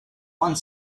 one